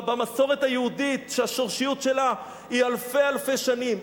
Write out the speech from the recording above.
במסורת היהודית שהשורשיות שלה היא אלפי-אלפי שנים.